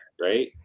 right